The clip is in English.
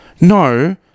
no